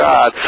God